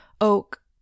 oak